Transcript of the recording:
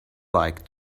like